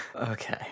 Okay